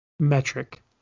metric